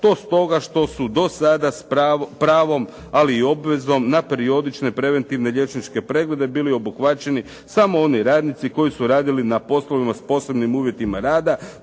To stoga što su do sada pravom ali i obvezom na periodične preventivne liječnike preglede bili obuhvaćeni samo oni radnici koji su radili na poslovima s posebnim uvjetima rada